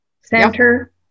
center